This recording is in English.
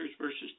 versus